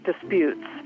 disputes